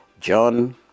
John